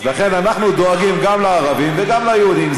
אז לכן אנחנו דואגים גם לערבים וגם ליהודים.